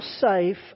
safe